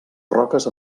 roques